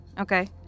Okay